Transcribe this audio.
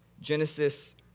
Genesis